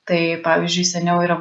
tai pavyzdžiui seniau yra